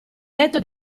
letto